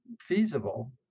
feasible